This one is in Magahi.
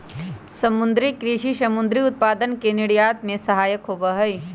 समुद्री कृषि समुद्री उत्पादन के निर्यात में सहायक होबा हई